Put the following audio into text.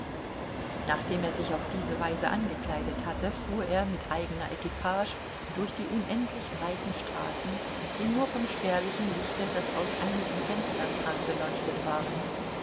nachdem er sich auf diese weise angekleidet hatte fuhr er mit eigener equipage durch die unendlich breiten straßen die nur vom spärlichen lichte das aus einigen fenstern drang beleuchtet waren